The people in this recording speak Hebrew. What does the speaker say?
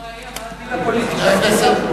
מה הדיל הפוליטי שאתה,